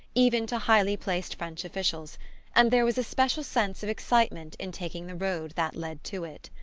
even to highly placed french officials and there was a special sense of excitement in taking the road that led to it.